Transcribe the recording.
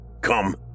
Come